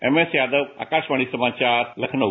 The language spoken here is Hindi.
एमएस यादव आकाशवाणी समाचार लखनऊ